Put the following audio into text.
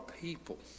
people